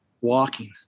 walking